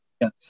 Yes